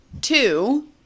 Two